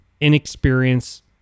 inexperienced